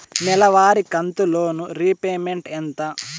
నెలవారి కంతు loan repayment ఎంత?